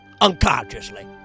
unconsciously